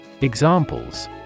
Examples